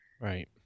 Right